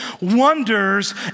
wonders